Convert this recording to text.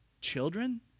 children